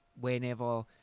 whenever